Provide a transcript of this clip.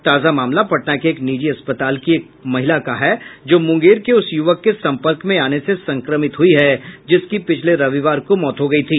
ताजा मामला पटना के एक निजी अस्पताल की एक महिला का है जो मुंगेर के उस युवक के सम्पर्क में आने से संक्रमित हुई है जिसकी पिछले रविवार को मौत हो गई थी